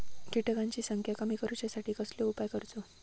किटकांची संख्या कमी करुच्यासाठी कसलो उपाय करूचो?